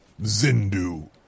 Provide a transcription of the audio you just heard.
Zindu